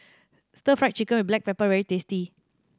Stir Fry Chicken with black pepper is very tasty